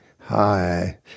Hi